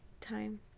time